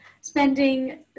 spending